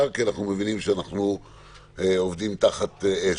כי אנחנו מבינים שאנחנו עובדים תחת אש,